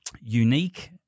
unique